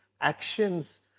actions